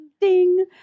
Ding